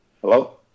Hello